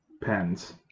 Pens